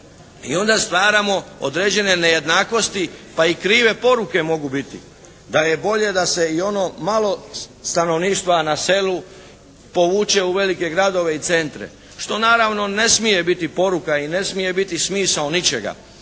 i onda stvaramo određene nejednakosti pa i krive poruke mogu biti da je bolje da se i ono malo stanovništva na selu povuče u velike gradove i centre, što naravno ne smije biti poruka i ne smije biti smisao ničega.